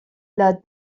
داد